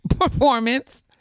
performance